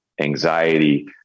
anxiety